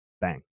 Bang